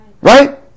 Right